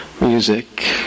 music